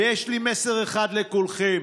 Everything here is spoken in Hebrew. ויש לי מסר אחד לכולכם: